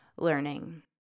learning